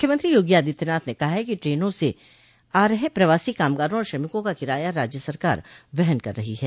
मुख्यमंत्री योगी आदित्यनाथ ने कहा है कि ट्रेनों से आ रहे प्रवासी कामगारों और श्रमिकों का किराया राज्य सरकार वहन कर रही है